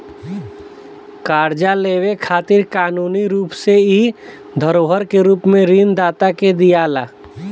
कर्जा लेवे खातिर कानूनी रूप से इ धरोहर के रूप में ऋण दाता के दियाला